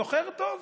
סוחר טוב.